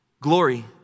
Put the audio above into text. Glory